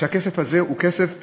והכסף הזה הוא כסף מהותי.